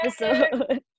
episode